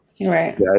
right